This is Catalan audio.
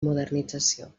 modernització